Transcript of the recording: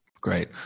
Great